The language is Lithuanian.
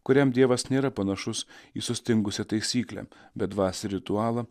kuriam dievas nėra panašus į sustingusią taisyklę bedvasį ritualą